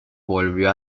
volvió